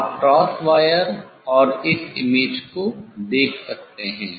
आप cross wire और इस इमेज को देख सकते हैं